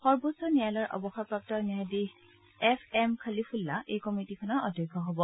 সৰ্বোচ্চ ন্যায়ালয়ৰ অৱসৰপ্ৰাপ্ত ন্যায়াধীশ এফ এম খলিফুল্লা এই কমিটীখনৰ অধ্যক্ষ হ'ব